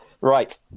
Right